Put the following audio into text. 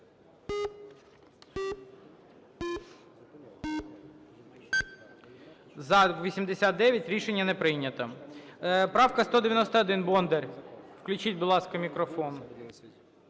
За-89 Рішення не прийнято.